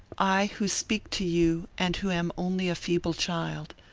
i who speak to you and who am only a feeble child,